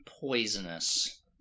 poisonous